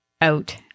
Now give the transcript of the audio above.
out